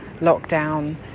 lockdown